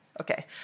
Okay